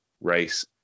race